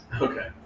Okay